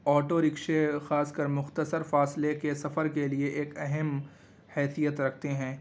auto رکشے خاص کر مختصر فاصلے کے سفر کے لیے ایک اہم حیثیت رکھتے ہیں